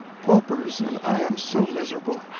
paupers, and i am so miserable.